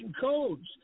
codes